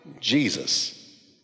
Jesus